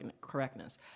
correctness